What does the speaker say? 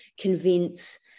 convince